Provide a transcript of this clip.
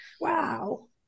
Wow